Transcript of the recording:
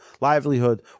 livelihood